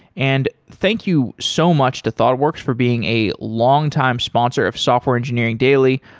and thank you so much to thoughtworks for being a longtime sponsor of software engineering daily.